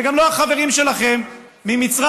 וגם לא החברים שלכם ממצרים,